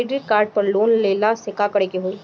Credit card पर loan लेला से का का करे क होइ?